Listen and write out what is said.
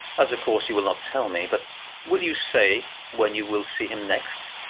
as of course you will not tell me. but will you say when you will see him next?